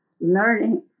learning